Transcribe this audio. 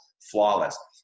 flawless